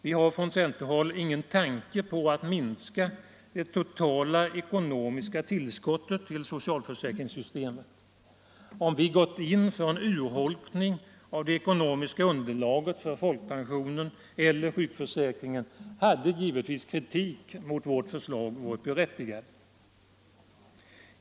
Vi har ingen tanke på att minska det totala ekonomiska tillskottet till socialförsäkringssystemet. Om vi gått in för en urholkning av det ekonomiska underlaget för folkpensionen eller sjukförsäkringen hade givetvis kritik mot vårt förslag varit berättigad.